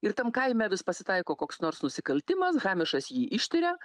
ir tam kaime vis pasitaiko koks nors nusikaltimas hamišas jį ištiria